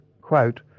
quote